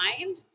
mind